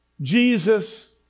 Jesus